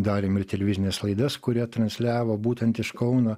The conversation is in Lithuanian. darėm ir televizines laidas kurie transliavo būtent iš kauno